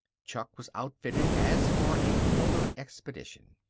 chuck was outfitted as for a polar expedition.